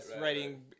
writing